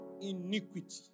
iniquity